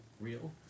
real